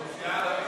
סליחה,